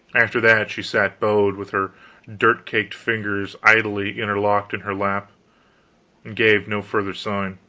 after that, she sat bowed, with her dirt-caked fingers idly interlocked in her lap gave no further sign.